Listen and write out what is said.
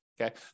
Okay